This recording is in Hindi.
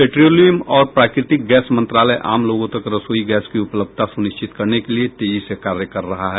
पेट्रोलियम और प्राकृतिक गैस मंत्रालय आम लोगों तक रसोई गैस की उपलब्धता सुनिश्चित करने के लिए तेजी से कार्य कर रहा है